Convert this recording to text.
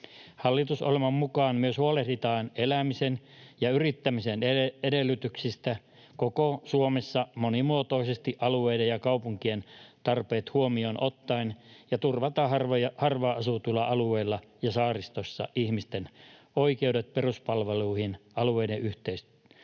Hallitusohjelman mukaan myös huolehditaan elämisen ja yrittämisen edellytyksistä koko Suomessa monimuotoisesti alueiden ja kaupunkien tarpeet huomioon ottaen ja turvataan harvaan asutuilla alueilla ja saaristossa ihmisten oikeudet peruspalveluihin alueiden yhteistyötä